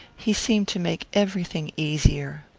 he seemed to make everything easier.